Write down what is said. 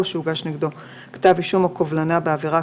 או שהוגש נגדו כתב אישום או קובלנה בעבירה